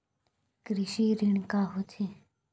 कृषि ऋण का होथे?